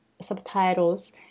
subtitles